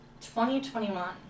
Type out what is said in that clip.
2021